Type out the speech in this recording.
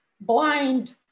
blind